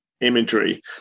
imagery